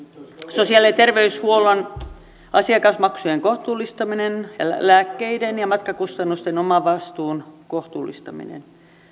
sosiaali ja terveydenhuollon asiakasmaksujen kohtuullistaminen sekä lääkkeiden ja matkakustannusten omavastuun kohtuullistaminen